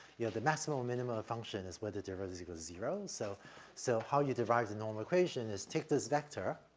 you know, the maximum and minimum of a function is where the derivative is equal to zero. so so how you derive the normal equation is take this vector.